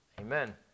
Amen